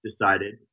decided